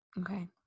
okay